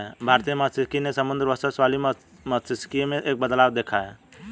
भारतीय मात्स्यिकी ने समुद्री वर्चस्व वाली मात्स्यिकी में एक बदलाव देखा है